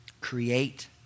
Create